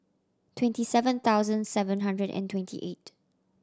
twenty seven thousand seven hundred and twenty eight